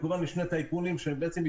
זה מכוון לשני טייקונים שיתמודדו,